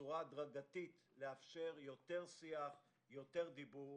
ובצורה הדרגתית לאפשר יותר שיח ויותר דיבור